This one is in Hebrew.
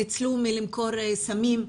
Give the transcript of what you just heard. ניצלו מלמכור סמים,